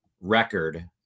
record